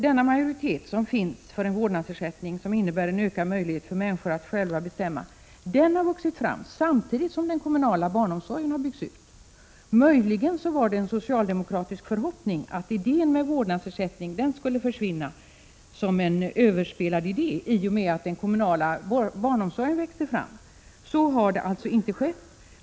Den majoritet som finns för en vårdnadsersättning, som innebär en ökad möjlighet för människor att själva bestämma, har vuxit fram samtidigt som den kommunala barnomsorgen har byggts ut. Möjligen var det en socialdemokratisk förhoppning att tanken på vårdnadsersättning skulle försvinna som en överspelad idé i och med att den kommunala barnomsorgen växte fram, men så har alltså inte skett.